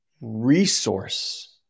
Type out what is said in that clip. resource